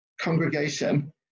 congregation